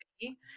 see